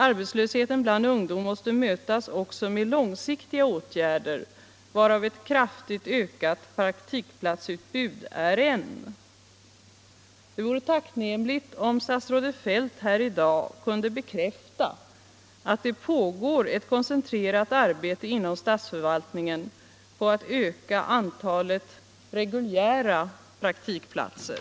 Arbetslösheten bland ungdom måste mötas också med långsiktiga åtgärder, varav ett kraftigt ökat praktikplatsutbud är en. Det vore tacknämligt om statsrådet Feldt här i dag kunde bekräfta att det pågår ett koncentrerat arbete inom statsförvaltningen på att öka antalet reguljära praktikplatser.